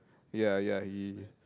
ya ya he